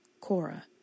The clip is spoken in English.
Cora